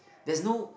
there is no